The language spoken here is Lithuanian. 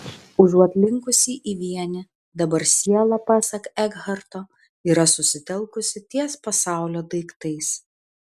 užuot linkusi į vienį dabar siela pasak ekharto yra susitelkusi ties pasaulio daiktais